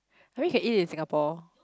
I mean can eat in Singapore